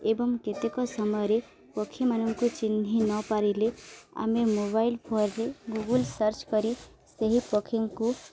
ଏବଂ କେତେକ ସମୟରେ ପକ୍ଷୀମାନଙ୍କୁ ଚିହ୍ନି ନ ପାରିଲେ ଆମେ ମୋବାଇଲ୍ ଫୋନ୍ରେ ଗୁଗୁଲ୍ ସର୍ଚ୍ଚ କରି ସେହି ପକ୍ଷୀଙ୍କୁ